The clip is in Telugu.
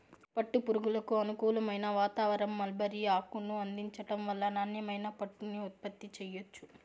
పట్టు పురుగులకు అనుకూలమైన వాతావారణం, మల్బరీ ఆకును అందించటం వల్ల నాణ్యమైన పట్టుని ఉత్పత్తి చెయ్యొచ్చు